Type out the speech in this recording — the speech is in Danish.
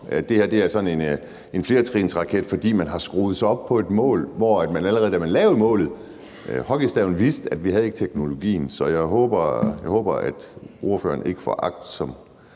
Det her er sådan en flertrinsraket, fordi man har skruet sig op på et mål, hvor man allerede, da man lavede målet, hockeystaven, vidste, at vi ikke havde teknologien. Så jeg håber, at ordføreren ikke får magt, som